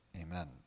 Amen